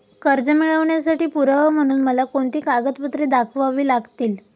कर्ज मिळवण्यासाठी पुरावा म्हणून मला कोणती कागदपत्रे दाखवावी लागतील?